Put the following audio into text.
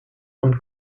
und